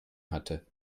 hatte